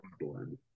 one